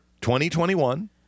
2021